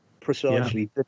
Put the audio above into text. precisely